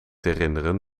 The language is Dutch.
herinneren